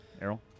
Errol